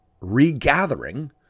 regathering